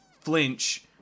flinch